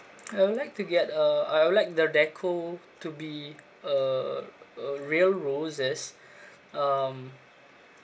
I would like to get uh I would like the deco to be uh uh real roses um